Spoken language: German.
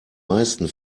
meisten